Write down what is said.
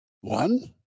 One